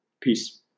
Peace